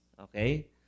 Okay